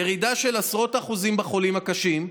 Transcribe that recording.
ירידה של עשרות אחוזים בחולים הקשים,